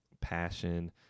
passion